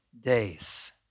days